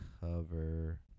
Cover